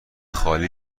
خالی